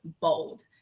bold